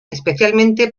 especialmente